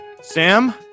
Sam